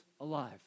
alive